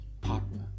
partner